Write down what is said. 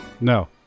No